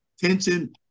tension